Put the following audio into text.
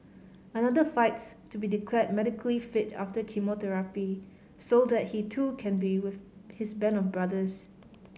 another fights to be declared medically fit after chemotherapy so that he too can be with his band of brothers